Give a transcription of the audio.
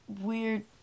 weird